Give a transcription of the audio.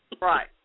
Right